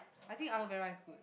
I think aloe vera is good